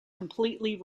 completely